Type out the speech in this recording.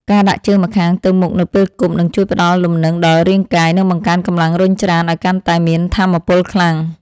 ការដាក់ជើងម្ខាងទៅមុខនៅពេលគប់នឹងជួយផ្ដល់លំនឹងដល់រាងកាយ និងបង្កើនកម្លាំងរុញច្រានឱ្យកាន់តែមានថាមពលខ្លាំង។